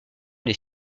des